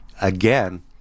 again